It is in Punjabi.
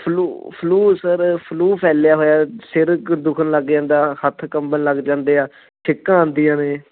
ਫਲੂ ਫਲੂ ਸਰ ਫਲੂ ਫੈਲਿਆ ਹੋਇਆ ਸਿਰ ਦੁਖਣ ਲੱਗ ਜਾਂਦਾ ਹੱਥ ਕੰਬਣ ਲੱਗ ਜਾਂਦੇ ਆ ਛਿੱਕਾਂ ਆਉਂਦੀਆਂ ਨੇ